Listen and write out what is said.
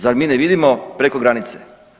Zar mi ne vidimo preko granice?